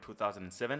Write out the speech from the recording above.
2007